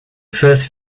first